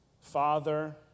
Father